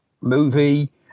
movie